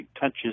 touches